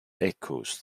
echoes